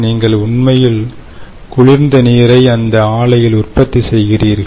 நீங்கள் உண்மையில் குளிர்ந்த நீரை அந்த ஆலையில் உற்பத்தி செய்கிறீர்கள்